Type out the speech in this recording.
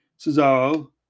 Cesaro